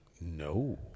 No